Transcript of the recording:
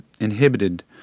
inhibited